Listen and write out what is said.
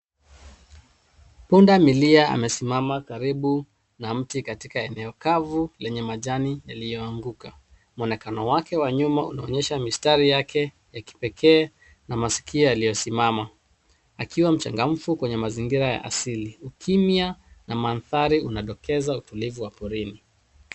Punda milia amesimama karibu na mti katika eneo kavu lenye majani yalioanguka. Mwonekano wake wa nyuma unaonyesha mistari yake ya kipekee na masikio yaliosimama, akiwa mchangamfu kwa mazingira ya halisi ukimya wa madhari unadokeza utulivu porini.